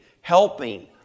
helping